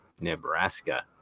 Nebraska